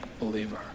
believer